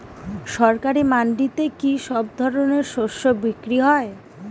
সরকারি মান্ডিতে কি সব ধরনের শস্য বিক্রি হয়?